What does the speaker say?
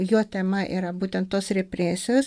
jo tema yra būtent tos represijos